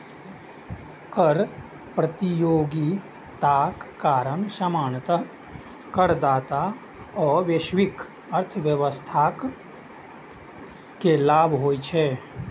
कर प्रतियोगिताक कारण सामान्यतः करदाता आ वैश्विक अर्थव्यवस्था कें लाभ होइ छै